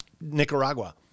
Nicaragua